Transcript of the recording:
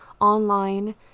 online